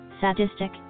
sadistic